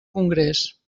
congrés